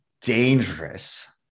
dangerous